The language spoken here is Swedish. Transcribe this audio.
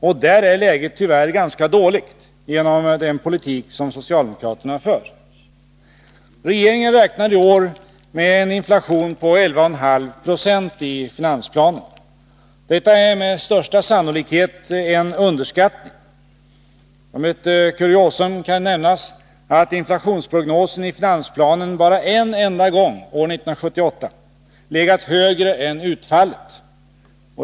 Och därvidlag är läget tyvärr ganska dåligt genom den politik som socialdemokraterna för. Regeringen räknar i årets finansplan med en inflation på 11,5 96. Detta är med största sannolikhet en underskattning. Som ett kuriosum kan nämnas att inflationsprognosen i finansplanen bara en enda gång, år 1978, legat högre än utfallet.